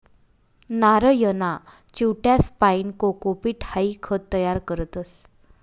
नारयना चिवट्यासपाईन कोकोपीट हाई खत तयार करतस